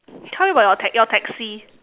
tell me about your ta~ your taxi